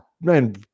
man